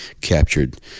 captured